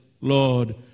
Lord